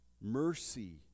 Mercy